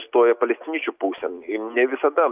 stoja palestiniečių pusėn ne visada